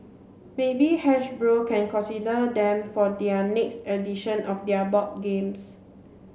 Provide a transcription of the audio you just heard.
maybe Hasbro can consider them for their next edition of their board games